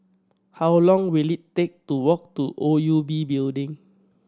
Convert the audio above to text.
how long will it take to walk to O U B Building